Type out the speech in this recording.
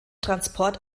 transport